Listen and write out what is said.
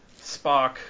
Spock